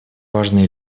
важные